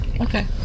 Okay